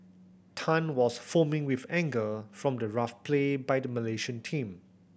Tan was foaming with anger from the rough play by the Malaysian team